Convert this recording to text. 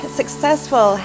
successful